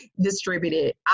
distributed